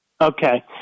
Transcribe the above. Okay